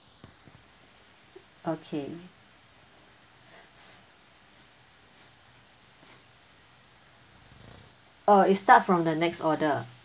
okay s~ uh it start from the next order